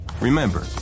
remember